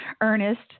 Ernest